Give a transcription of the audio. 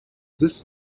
this